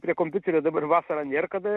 prie kompiuterio dabar vasarą nėr kada